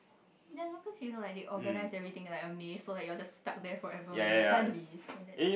ya you know cause you know like they organize everything like a maze so you all stuck there like forever only can't leave and then